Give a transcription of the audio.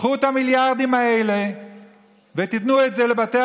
קחו את המיליארדים האלה ותנו את זה לבתי